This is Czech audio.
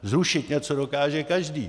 Zrušit něco dokáže každý.